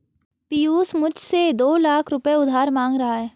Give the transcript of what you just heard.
पियूष मुझसे दो लाख रुपए उधार मांग रहा है